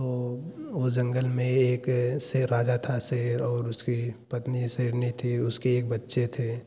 तो ओ जंगल में एक शेर राजा था शेर और उसकी पत्नी शेरनी थी उसके एक बच्चे थे